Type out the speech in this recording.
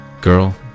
girl